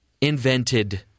invented